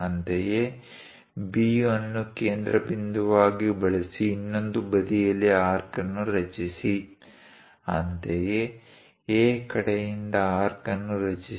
ಅಂತೆಯೇ B ಅನ್ನು ಕೇಂದ್ರಬಿಂದುವಾಗಿ ಬಳಸಿ ಇನ್ನೊಂದು ಬದಿಯಲ್ಲಿ ಆರ್ಕ್ ಅನ್ನು ರಚಿಸಿ ಅಂತೆಯೇ A ಕಡೆಯಿಂದ ಆರ್ಕ್ ಅನ್ನು ರಚಿಸಿ